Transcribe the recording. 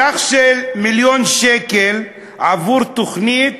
סך של מיליון שקל עבור תוכנית